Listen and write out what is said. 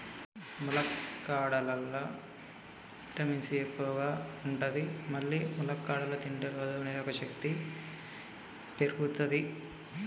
ములక్కాడలల్లా vitamin C ఎక్కువ ఉంటది మల్లి ములక్కాడలు తింటే రోగనిరోధక శక్తి పెరుగుతది